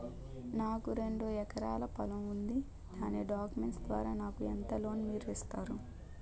నాకు రెండు ఎకరాల పొలం ఉంది దాని డాక్యుమెంట్స్ ద్వారా నాకు ఎంత లోన్ మీరు ఇస్తారు?